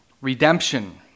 redemption